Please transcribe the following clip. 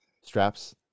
straps